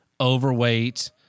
overweight